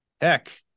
heck